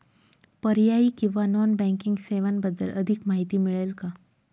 पर्यायी किंवा non banking सेवांबद्दल अधिक माहिती मिळेल का?